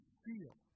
feel